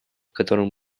котором